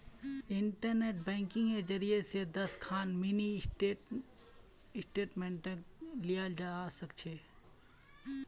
internet बैंकिंगेर जरियई स दस खन मिनी स्टेटमेंटक लियाल जबा स ख छ